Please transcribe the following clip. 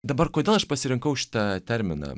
dabar kodėl aš pasirinkau šitą terminą